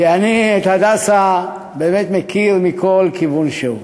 כי אני את "הדסה" באמת מכיר מכל כיוון שהוא.